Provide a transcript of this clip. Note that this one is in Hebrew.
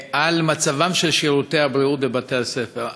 על מצבם של שירותי הבריאות בבתי-הספר.